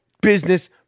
business